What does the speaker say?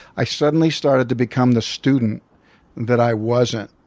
i suddenly started to become the student that i wasn't